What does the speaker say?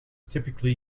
typically